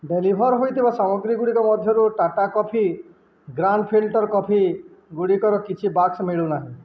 deliver ହୋଇଥିବା ସାମଗ୍ରୀ ଗୁଡ଼ିକ ମଧ୍ୟରୁ Tata coffee grand filter coffee ଗୁଡ଼ିକର କିଛି ବାକ୍ସ ମିଳୁନାହିଁ